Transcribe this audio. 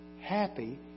Happy